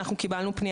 אנחנו קיבלנו,